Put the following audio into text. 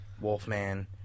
Wolfman